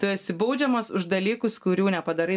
tu esi baudžiamas už dalykus kurių nepadarai